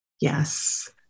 Yes